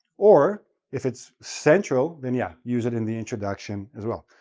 or if it's central, then yeah, use it in the introduction as well.